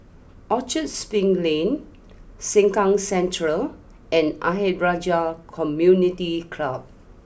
Orchard Spring Lane Sengkang Central and Ayer Rajah Community Club